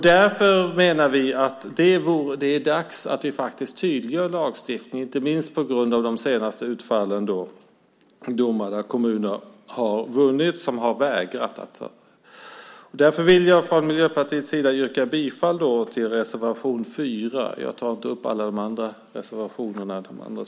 Därför menar vi att det är dags att vi faktiskt tydliggör lagstiftningen, inte minst på grund av utfallen i de senaste domarna då kommuner som har vägrat att ordna nattillsyn har vunnit. Därför yrkar jag från Miljöpartiets sida bifall till reservation 4. För tids vinnande tar jag inte upp de andra reservationerna.